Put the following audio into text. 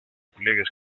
pliegues